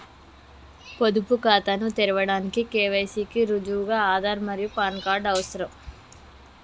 పొదుపు ఖాతాను తెరవడానికి కే.వై.సి కి రుజువుగా ఆధార్ మరియు పాన్ కార్డ్ అవసరం